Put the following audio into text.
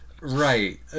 right